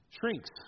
shrinks